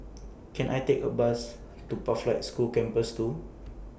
Can I Take A Bus to Pathlight School Campus two